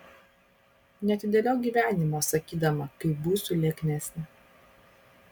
neatidėliok gyvenimo sakydama kai būsiu lieknesnė